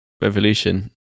revolution